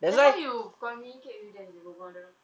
then how you communicate with them berbual bual dengan dia orang